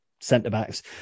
centre-backs